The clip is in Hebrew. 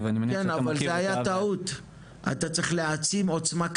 MindCET קיימת מעל עשור.